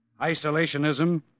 Isolationism